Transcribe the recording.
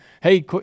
hey